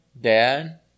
Dad